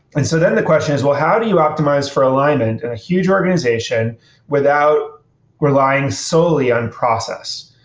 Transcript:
and so then the question is well, how do you optimize for alignment in a huge organization without relying solely on process?